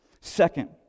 Second